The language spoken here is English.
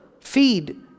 feed